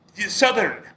Southern